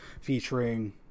featuring